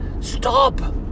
stop